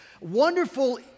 wonderful